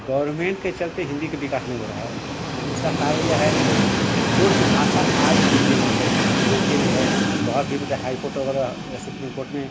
government के चलते हिन्दी के विकास नहीं हो रहा है जैसे उसका कारण यह है कि जैसे कोर्ट कि भाषा आद भी हिन्दी नहीं है अंगरेजीए में है बहस भी मतलब हाई कोर्ट वगैरह या सुप्रीम कोर्ट में